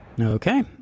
okay